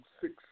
six